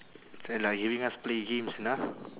and like giving us play games you know